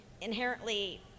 inherently